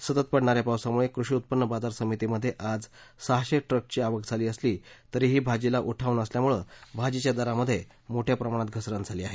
सतत पडणा या पावसामुळे कृषी उत्पन्न बाजार समितीमध्ये आज सहाशे ट्रकची आवक झाली असली तरीही भाजीला उठाव नसल्यामुळे भाजीच्या दरामध्ये मोठ्या प्रमाणात घसरण झाली आहे